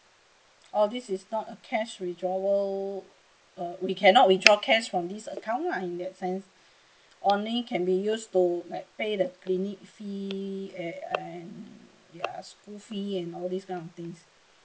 oh this is not a cash withdrawal uh we cannot withdraw cash from this account lah in that sense only can be used to like pay the clinic fee and and their school fee and all these kind of things